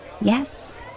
Yes